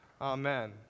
Amen